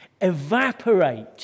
evaporate